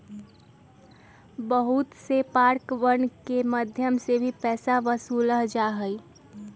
बहुत से पार्कवन के मध्यम से भी पैसा वसूल्ल जाहई